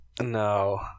no